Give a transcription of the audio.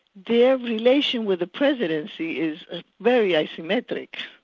their relation with the presidency is very asymmetric,